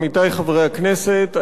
עמיתי חברי הכנסת,